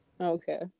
Okay